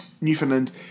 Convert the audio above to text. Newfoundland